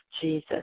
Jesus